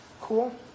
Cool